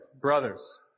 brothers